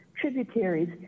tributaries